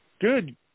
Good